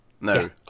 No